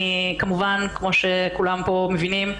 כמו שכולם פה מבינים,